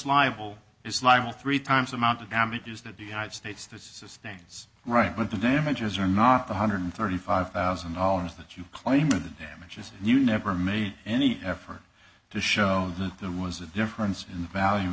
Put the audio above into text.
liable is liable three times the amount of damages that the united states this estates right but the damages are not one hundred and thirty five thousand dollars that you claim are the damages and you never made any effort to show that there was a difference in the value